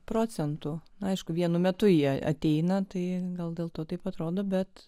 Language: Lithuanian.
procentų aišku vienu metu jie ateina tai gal dėl to taip atrodo bet